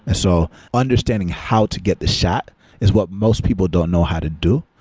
and so, understanding how to get the shot is what most people don't know how to do,